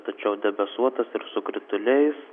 tačiau debesuotas ir su krituliais